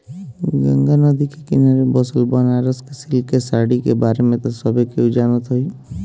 गंगा नदी के किनारे बसल बनारस के सिल्क के साड़ी के बारे में त सभे केहू जानत होई